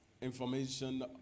information